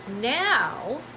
Now